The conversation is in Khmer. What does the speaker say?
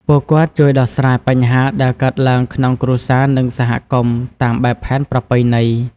ពួកគាត់ជួយដោះស្រាយបញ្ហាដែលកើតឡើងក្នុងគ្រួសារនិងសហគមន៍តាមបែបផែនប្រពៃណី។